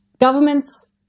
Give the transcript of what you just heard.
governments